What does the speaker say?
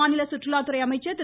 மாநில சுற்றுலாத்துறை அமைச்சர் திரு